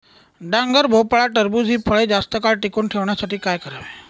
डांगर, भोपळा, टरबूज हि फळे जास्त काळ टिकवून ठेवण्यासाठी काय करावे?